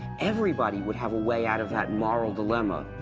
everybody would have a way out of that moral dilemma